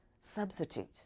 Substitute